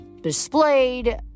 displayed